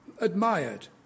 admired